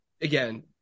Again